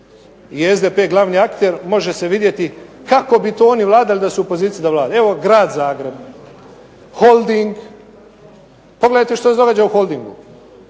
je SDP glavni akter može se vidjeti kako bi to oni vladali da su u poziciji da vladaju. Evo, grad Zagreb. Holding, pogledajte što se događa u Holdingu.